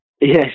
Yes